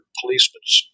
policemen's